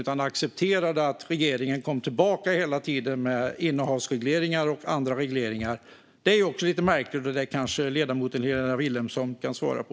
Man accepterade att regeringen hela tiden kom tillbaka med innehavsregleringar och andra regleringar. Det är lite märkligt, och detta kanske ledamoten Helena Vilhelmsson kan svara på.